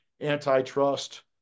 antitrust